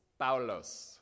Paulos